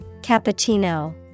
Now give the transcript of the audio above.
cappuccino